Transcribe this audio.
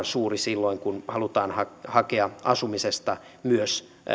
suuri nimenomaan silloin kun halutaan hakea asumisesta myös